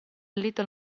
little